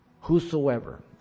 Whosoever